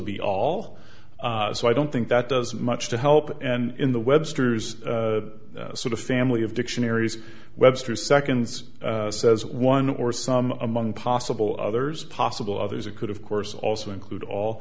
be all so i don't think that does much to help and in the webster's sort of family of dictionaries webster's seconds says one or some among possible others possible others it could of course also include all